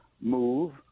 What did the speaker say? move